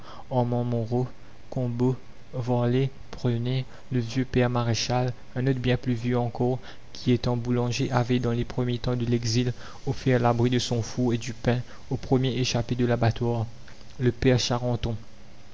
combault varlet prenet le vieux père maréchal un autre bien plus vieux encore qui étant boulanger avait dans les premiers temps de l'exil offert l'abri de son four et du pain aux premiers échappés de l'abattoir le père